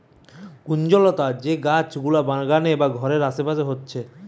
কুঞ্জলতা যে গাছ গুলা বাগানে বা ঘরের আসে পাশে হতিছে